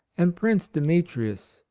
and prince demetrius,